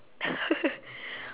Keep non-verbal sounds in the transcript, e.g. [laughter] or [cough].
[laughs]